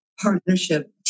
partnership